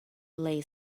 lay